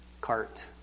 cart